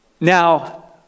Now